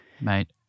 mate